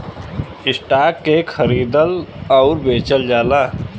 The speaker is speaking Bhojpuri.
स्टॉक के खरीदल आउर बेचल जाला